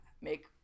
make